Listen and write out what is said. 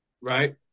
right